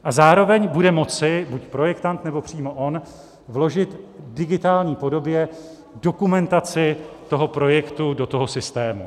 A zároveň bude moci buď projektant, nebo přímo on vložit v digitální podobě dokumentaci toho projektu do systému.